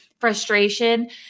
frustration